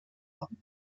haben